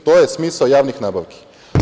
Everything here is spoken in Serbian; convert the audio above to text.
To je smisao javnih nabavki.